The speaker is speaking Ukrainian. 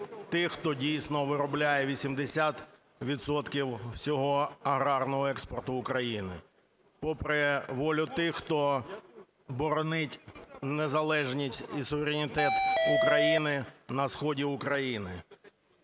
тих, хто, дійсно, виробляє 80 відсотків усього аграрного експорту України, попри волю тих, хто боронить незалежність і суверенітет України на сході України,